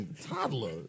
toddler